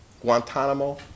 Guantanamo